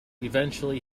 eventually